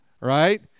Right